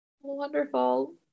wonderful